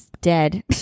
dead